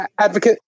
Advocate